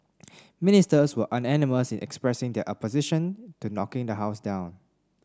ministers were unanimous in expressing their opposition to knocking the house down